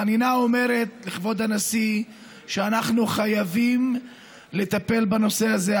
בקשת החנינה אומרת לכבוד הנשיא שאנחנו חייבים לטפל בנושא הזה.